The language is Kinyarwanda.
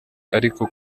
ariko